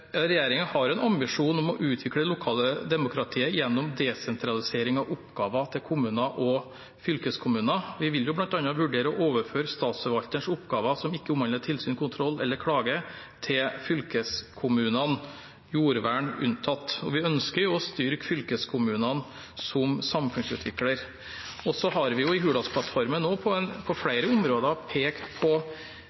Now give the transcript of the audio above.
har en ambisjon om å utvikle lokale demokratier gjennom desentralisering av oppgaver til kommuner og fylkeskommuner. Vi vil bl.a. vurdere å overføre statsforvalterens oppgaver som ikke omhandler tilsyn, kontroll eller klage, til fylkeskommunene – jordvern unntatt. Og vi ønsker å styrke fylkeskommunene som samfunnsutviklere. Så har vi i Hurdalsplattformen på flere områder pekt på